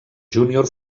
júnior